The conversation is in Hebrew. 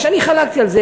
אני חלקתי על זה.